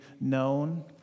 known